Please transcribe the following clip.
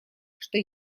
что